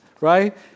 right